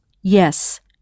Yes